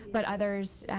but others,